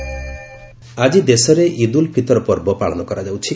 ଇଦ୍ ଉଲ୍ ଫିତର୍ ଆଜି ଦେଶରେ ଇଦ୍ ଉଲ୍ ଫିତର୍ ପର୍ବ ପାଳନ କରାଯାଉଛି